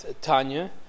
Tanya